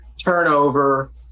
turnover